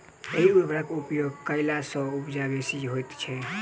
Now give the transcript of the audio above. एहि उर्वरकक उपयोग कयला सॅ उपजा बेसी होइत छै